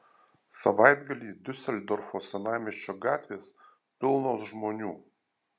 savaitgalį diuseldorfo senamiesčio gatvės pilnos žmonių